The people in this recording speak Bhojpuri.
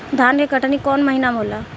धान के कटनी कौन महीना में होला?